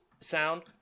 sound